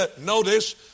notice